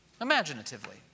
Imaginatively